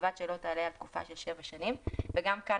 ובלבד שלא תעלה על תקופה של שבע שנים." גם כאן,